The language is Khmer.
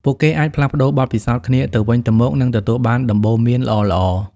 ពួកគេអាចផ្លាស់ប្តូរបទពិសោធន៍គ្នាទៅវិញទៅមក និងទទួលបានដំបូន្មានល្អៗ។